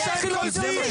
רק לכם מותר לאיים?